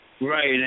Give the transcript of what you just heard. Right